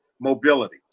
mobility